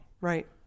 Right